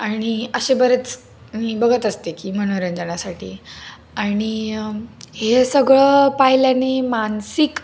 आणि असे बरेच मी बघत असते की मनोरंजनासाठी आणि हे सगळं पाहिल्याने मानसिक